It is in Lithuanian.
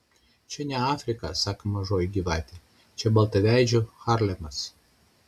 čia ne afrika sako mažoji gyvatė čia baltaveidžių harlemas